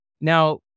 Now